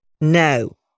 No